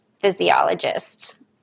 physiologist